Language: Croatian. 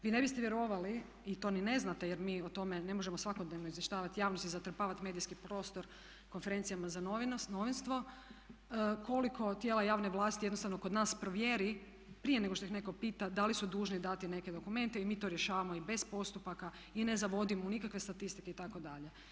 Vi ne biste vjerovali i to ni ne znate jer mi o tome ne možemo svakodnevno izvještavati javnost i zatrpavati medijski prostor konferencijama za novinare, koliko tijela javne vlasti jednostavno kod nas provjeri, prije nego što ih netko pita, da li su dužni dati neke dokumente i mi to rješavamo i bez postupaka i ne zavodimo u nikakve statistike itd.